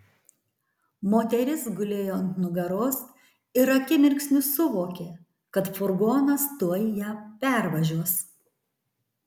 moteris gulėjo ant nugaros ir akimirksniu suvokė kad furgonas tuoj ją pervažiuos